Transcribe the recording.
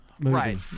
right